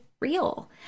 real